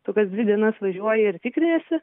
tu kas dvi dienas važiuoji ir tikriniesi